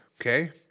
okay